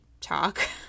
talk